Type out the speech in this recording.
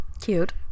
Cute